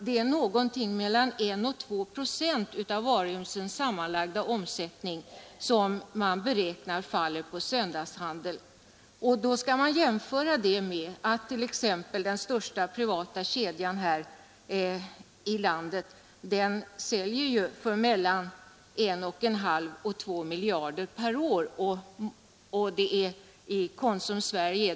Det är bara mellan 1 och 2 procent av varuhusens sammanlagda omsättning som beräknas falla på söndagshandeln eller en summa av 100 miljoner kronor. Det skall då ses i relation till att t.ex. den största privata kedjan här i landet säljer för mellan 1 1/2 och 2 miljarder kronor per år. För konsumföretagen i hela landet är siffran mångdubbelt större.